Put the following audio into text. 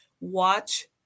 Watch